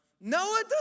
Noah